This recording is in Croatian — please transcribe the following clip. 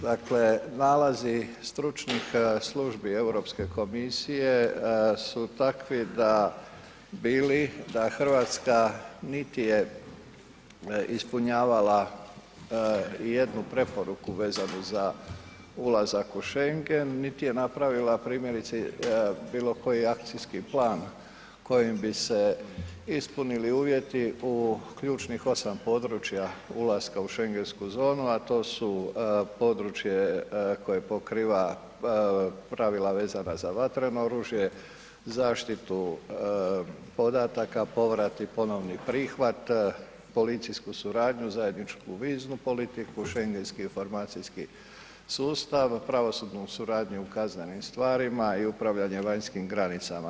Dakle nalazi stručnih službi Europske komisije su takvi da bili da Hrvatska niti je ispunjavala jednu preporuku vezanu za ulazak u Schengen niti je napravila primjerice bilokoji akcijski plan kojim bi se ispunili uvjeti u ključnih 8 područja ulaska u schengensku zonu a to su područje koje pokriva pravila vezana za vatreno oružje, zaštitu podataka, povrat i ponovni prihvat, policijsku suradnju, zajedničku viznu politiku, schengenski informacijski sustav, pravosudnu suradnju u kaznenim stvarima i upravljanje vanjskim granicama.